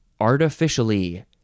artificially